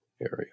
area